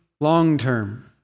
long-term